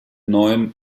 neuen